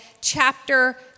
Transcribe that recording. chapter